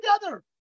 together